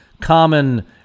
common